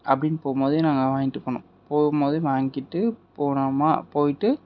அப்படினு போம்போதே நாங்கள் அதை வாங்கிட்டு போனோம் போகும்போதே வாங்கிட்டு போனோமா போய்விட்டு